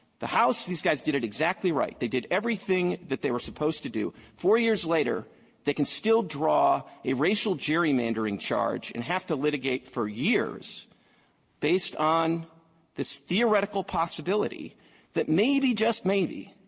the house, these guys did it exactly right. they did everything they were supposed to do. four years later they can still draw a racial gerrymandering charge and have to litigate for years based on this theoretical possibility that maybe, just maybe,